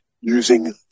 using